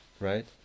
right